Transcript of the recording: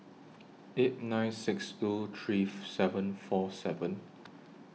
eight nine six two three seven four seven